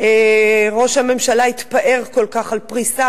וראש הממשלה התפאר כל כך על פריסה,